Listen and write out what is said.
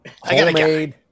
Homemade